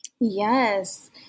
Yes